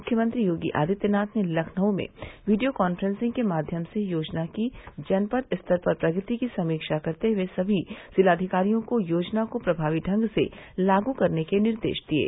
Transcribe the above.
मुख्यमंत्री योगी आदित्यनाथ ने लखनऊ में वीडियो कांफ्रेंसिंग के माध्यम से योजना की जनपद स्तर पर प्रगति की समीक्षा करते हए सभी जिलाधिकारियों को योजना को प्रभावी ढंग से लागू करने के निर्देश दिये